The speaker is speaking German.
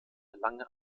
lange